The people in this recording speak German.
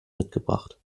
mitgebracht